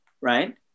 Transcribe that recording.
Right